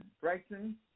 Brighton